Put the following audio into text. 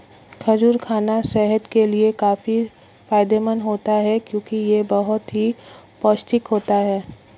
खजूर खाना सेहत के लिए काफी फायदेमंद होता है क्योंकि यह बहुत ही पौष्टिक होता है